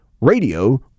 Radio